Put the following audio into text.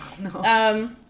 No